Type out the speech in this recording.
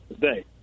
today